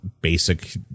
basic